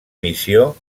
missió